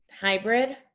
hybrid